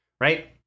right